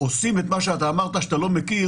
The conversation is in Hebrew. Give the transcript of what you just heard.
עושים את מה שאתה אמרת שאתה לא מכיר.